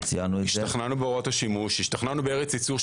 השתכנעו בהוראות השימוש, בארץ ייצור.